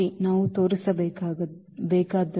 ನಾವು ತೋರಿಸಬೇಕಾದದ್ದು